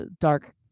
dark